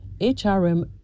HRM